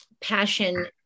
passion